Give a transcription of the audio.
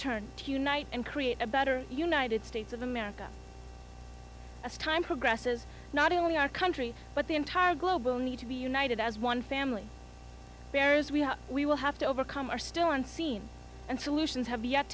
turn to unite and create a better united states of america as time progresses not only our country but the entire globe will need to be united as one family bears we we will have to overcome are still unseen and solutions have yet